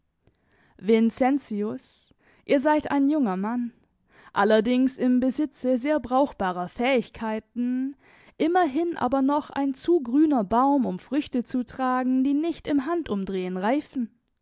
vincentius ihr seid ein junger mann allerdings im besitze sehr brauchbarer fähigkeiten immerhin aber noch ein zu grüner baum um früchte zu tragen die nicht im handumdrehen reifen